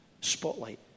spotlight